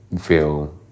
feel